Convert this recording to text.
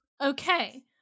Okay